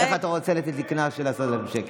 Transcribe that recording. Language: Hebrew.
איך אתה רוצה לתת לי קנס של 10,000 שקלים?